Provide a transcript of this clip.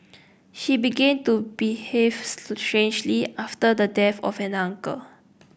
she began to behave strangely after the death of an uncle